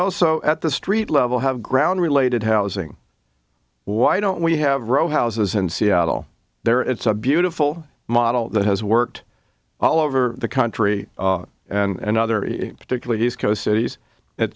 also at the street level have ground related housing why don't we have row houses in seattle there it's a beautiful model that has worked all over the country and other particularly east coast cities